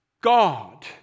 God